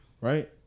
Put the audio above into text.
right